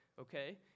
okay